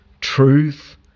truth